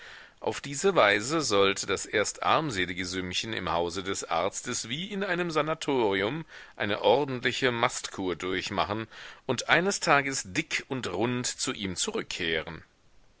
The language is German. auf diese weise sollte das erst armselige sümmchen im hause des arztes wie in einem sanatorium eine ordentliche mastkur durchmachen und eines tages dick und rund zu ihm zurückkehren